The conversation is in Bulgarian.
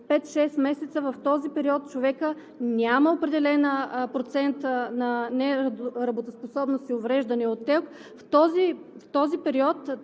месеца и в този период човекът няма определен процент на неработоспособност и увреждане от ТЕЛК. В този период